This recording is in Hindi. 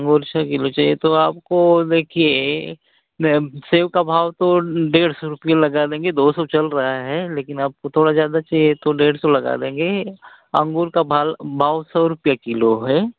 अंगूर छः किलो चाहिए तो आपको देखिए मैं सेब का भाव तो डेढ़ सौ रुपये लगा देंगे दो सौ चल रहा है लेकिन आपको थोड़ा ज़्यादा चाहिए तो डेढ़ सौ लगा देंगे अंगूर का भाल भाव सौ रुपये किलो है